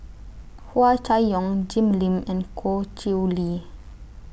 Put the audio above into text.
Hua Chai Yong Jim Lim and Goh Chiew Lye